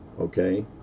okay